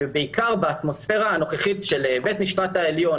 בעיקר באטמוספירה הנוכחית של בית המשפט העליון